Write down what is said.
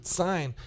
sign